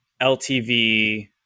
LTV